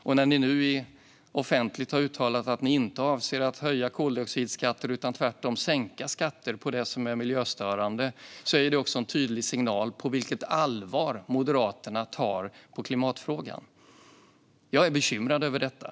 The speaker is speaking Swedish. Dessutom är ert offentliga uttalande om att ni inte avser att höja koldioxidskatter utan tvärtom sänka skatter på det som är miljöstörande en tydlig signal om på vilket allvar Moderaterna tar klimatfrågan. Jag är bekymrad över detta.